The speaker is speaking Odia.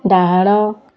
ଡାହାଣ